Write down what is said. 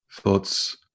Thoughts